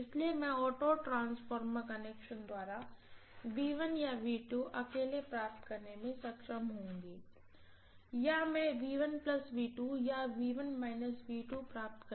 इसलिए मैं auto transformer connection द्वारा या अकेले प्राप्त करने में सक्षम होउंगी या मैं या प्राप्त करने में सक्षम होउंगी